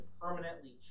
permanently